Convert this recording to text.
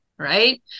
right